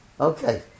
Okay